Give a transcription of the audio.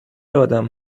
آدم